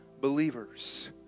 believers